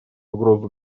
угрозу